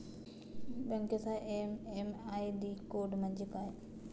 बँकेचा MM ID code म्हणजे काय?